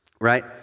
right